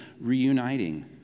reuniting